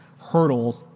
hurdles